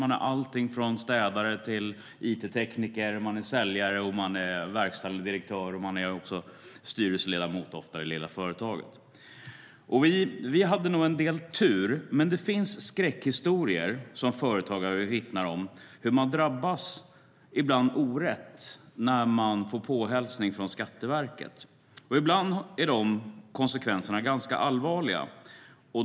Man är allting från städare till it-tekniker, säljare och verkställande direktör och ofta också styrelseledamot i det lilla företaget. Vi hade nog en del tur. Det finns skräckhistorier där företagare vittnar om hur de ibland drabbas orätt när de får påhälsning från Skatteverket. Ibland är de konsekvenserna ganska allvarliga.